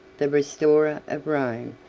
the restorer of rome,